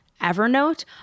Evernote